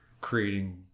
creating